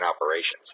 operations